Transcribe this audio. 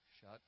Shut